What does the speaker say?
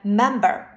member